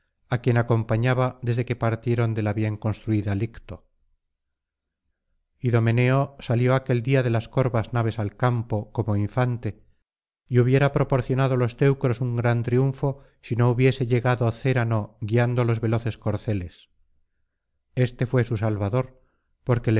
á quien acompañaba desde que partieron de la bien construida licto idomeneo salió aquel día de las corvas naves al campo como infante y hubiera proporcionado á los teucros un gran triunfo si no hubiese llegado cérano guiando los veloces corceles éste fué su salvador porque le